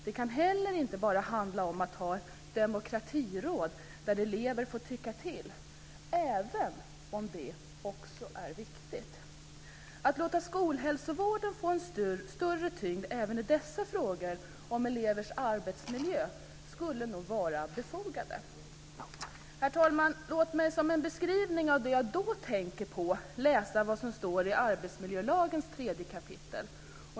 Det kan heller inte bara handla om att ha demokratiråd där elever får tycka till, även om det också är viktigt. Att låta skolhälsovården få större tyngd även i dessa frågor om elevers arbetsmiljö skulle nog vara befogat. Herr talman! Låt mig som en beskrivning av det jag då tänker på läsa vad som står i arbetsmiljölagen.